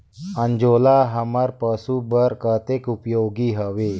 अंजोला हमर पशु बर कतेक उपयोगी हवे?